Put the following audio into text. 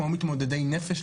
כמו מתמודדי נפש,